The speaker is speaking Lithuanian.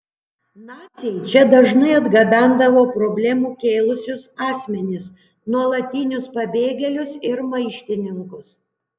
naciai čia dažnai atgabendavo problemų kėlusius asmenis nuolatinius pabėgėlius ir maištininkus